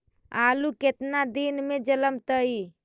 आलू केतना दिन में जलमतइ?